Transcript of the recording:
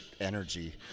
energy